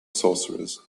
sorcerers